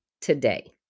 today